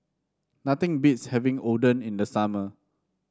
nothing beats having Oden in the summer